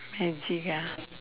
magic ah